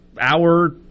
hour